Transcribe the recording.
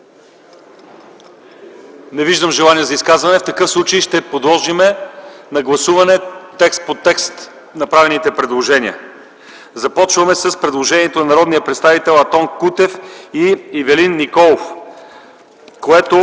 Има ли желания за изказвания? Не виждам. Подлагам на гласуване текст по текст направените предложения. Започваме с предложението на народните представители Антон Кутев и Ивелин Николов, което